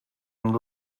and